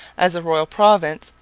as a royal province,